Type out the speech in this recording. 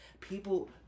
People